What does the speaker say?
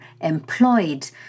employed